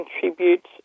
contribute